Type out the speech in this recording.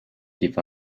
give